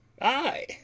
Aye